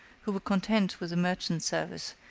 who were content with the merchant service,